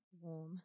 warm